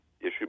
issue